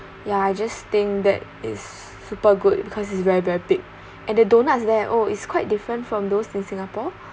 ya I just think that is super good because it's very very big and the donuts there oh it's quite different from those in singapore